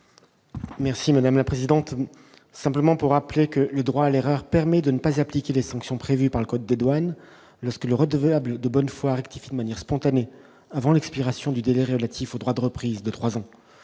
Merci madame la présidente, simplement pour rappeler que le droit à l'erreur, permet de ne pas appliquer les sanctions prévues par le code des douanes lorsque le redevable de bonne foi, rectifie de manière spontanée avant l'expiration du délai relatif au droit de reprise de 3 ans